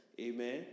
Amen